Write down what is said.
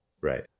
Right